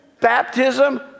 baptism